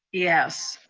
yes.